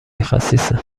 خسیسه